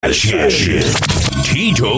Tito